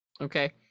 okay